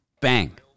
bang